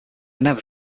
never